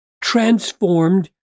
transformed